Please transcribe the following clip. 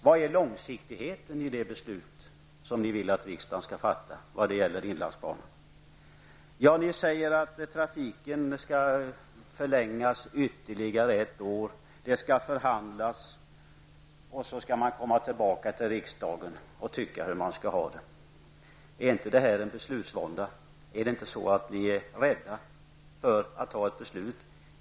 Var finns långsiktigheten i det beslut som ni vill att riksdagen skall fatta om inlandsbanan? Ni säger att trafiken skall förlängas ytterligare ett år, man skall förhandla och sedan komma tillbaka till riksdagen och säga vad man tycker. Är inte detta beslutsvånda? Är det inte så att ni är rädda för att fatta ett beslut?